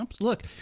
Look